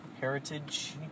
Heritage